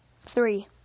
Three